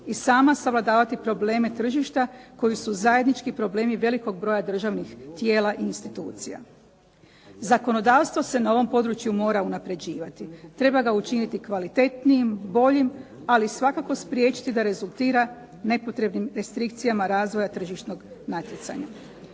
i sama savladavati probleme tržišta koji su zajednički problemi velikog broja državnih tijela i institucija. Zakonodavstvo se u ovom području mora unaprjeđivati, treba ga učiniti kvalitetnijim, boljim, ali svakako spriječiti da rezultira nepotrebnim restrikcijama razvoja tržišnog natjecanja.